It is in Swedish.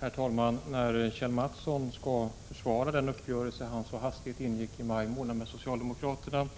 Herr talman! När Kjell Mattsson skall försvara den uppgörelse som han så hastigt ingick med socialdemokraterna i maj